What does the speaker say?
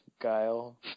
Guile